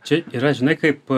čia yra žinai kaip